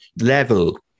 level